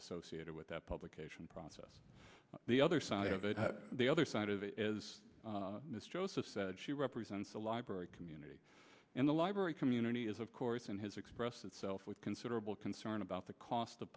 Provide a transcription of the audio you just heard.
associated with that publication process the other side of it the other side of it is this joseph she represents the library community and the library community is of course and has expressed itself with considerable concern about the cost of